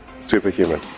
superhuman